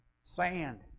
sand